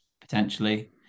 potentially